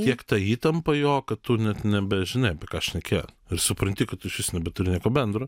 kiek ta įtampa jo kad tu net nebežinai apie ką šnekėt ir supranti kad tu išvis nebeturi nieko bendro